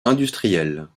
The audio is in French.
industrielle